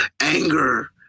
anger